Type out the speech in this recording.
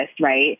right